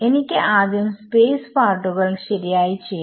എനിക്ക് ആദ്യം സ്പേസ് പാർട്ടുകൾ ശരിയായി ചെയ്യണം